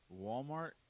Walmart